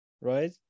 right